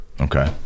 Okay